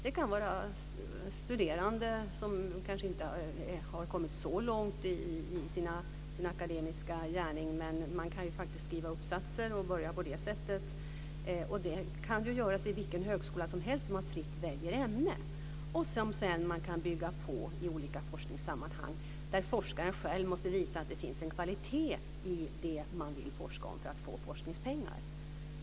Det kan vara studerande som kanske inte har kommit så långt i sin akademiska gärning. Men man kan faktiskt skriva uppsatser och börja på det sättet. Det kan göras vid vilken högskola som helst, eftersom man fritt väljer ämne. Sedan kan man bygga på det i olika forskningssammanhang. Forskaren själv måste visa att det finns en kvalitet i det man vill forska om för att få forskningspengar.